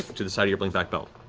to the side of your blinkback belt.